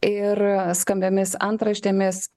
ir skambiomis antraštėmis